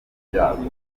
ibyago